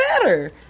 better